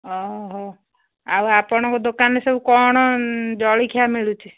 ହଁ ହଉ ଆପଣଙ୍କ ଦୋକାନରେ ସବୁ କ'ଣ ଜଳିଖିଆ ମିଳୁଛି